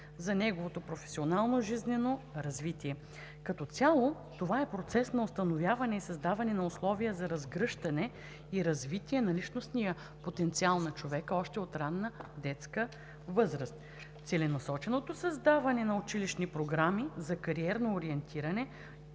за неговото професионално жизнено развитие. Като цяло това е процес на установяване и създаване на условия за разгръщане и развитие на личностния потенциал на човека още от ранна детска възраст. Целенасоченото създаване на училищни програми за кариерно ориентиране